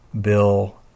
bill